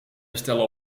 bestellen